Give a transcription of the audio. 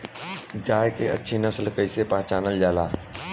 गाय के अच्छी नस्ल कइसे पहचानल जाला?